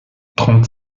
trente